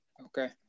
Okay